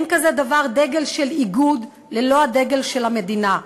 אין כזה דבר דגל של איגוד ללא דגל של המדינה.